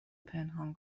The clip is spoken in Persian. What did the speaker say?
پنهان